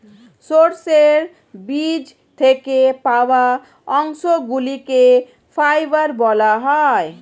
সর্ষের বীজ থেকে পাওয়া অংশগুলিকে ফাইবার বলা হয়